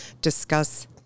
discuss